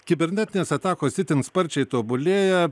kibernetinės atakos itin sparčiai tobulėja